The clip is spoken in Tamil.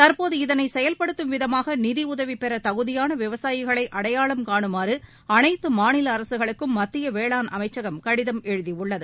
தற்போது இதனைசெயல்படுத்தும் விதமாக நிதிஉதவிபெறதகுதியானவிவசாயிகளைஅடையாளம் காணுமாறுஅனைத்துமாநிலஅரசுகளுக்கும் மத்தியவேளாண் அமைச்சகம் கடிதம் எழுதியுள்ளது